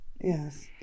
Yes